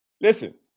listen